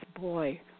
boy